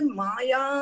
maya